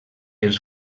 els